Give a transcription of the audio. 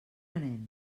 anem